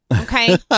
Okay